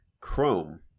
Chrome